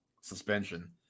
suspension